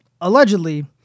allegedly